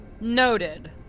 Noted